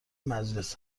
مجلس